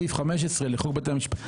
סעיף 15 לחוק בתי המשפט,